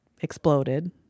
exploded